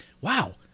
wow